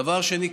דבר שני,